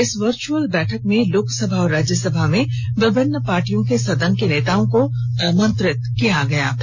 इस वर्चुअल बैठक में लोकसभा और राज्यसभा में विभिन्न पार्टियों के सदन के नेताओं को आमंत्रित किया गया था